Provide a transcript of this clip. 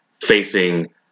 facing